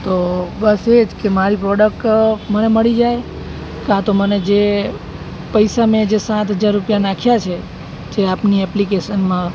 તો બસ એ જ કે મારી પ્રોડક મને મળી જાય કાં તો મને જે પૈસા મેં જે સાત હજાર રૂપિયા નાખ્યા છે જે આપની એપ્લિકેશનમાં